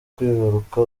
kwibaruka